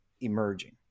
emerging